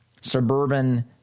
suburban